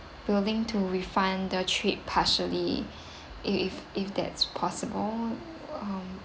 willing to refund the trip partially if if if that's possible um